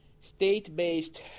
state-based